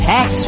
Tax